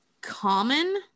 common